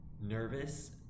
Nervous